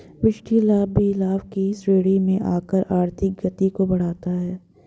विशिष्ट लाभ भी लाभ की श्रेणी में आकर आर्थिक गति को बढ़ाता है